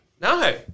No